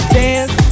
dance